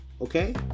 okay